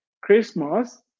Christmas